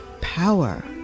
Power